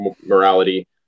morality